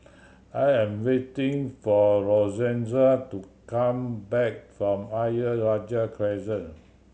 I am waiting for Lorenza to come back from Ayer Rajah Crescent